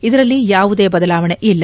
ಇದರಲ್ಲಿ ಯಾವುದೇ ಬದಲಾವಣೆ ಇಲ್ಲ